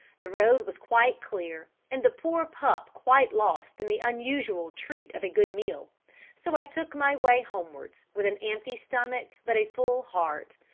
the road was quite clear, and the poor pup quite lost in the unusual treat of a good meal so i took my way homewards, with an empty stomach but a full heart.